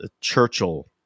Churchill